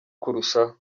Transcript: kurushaho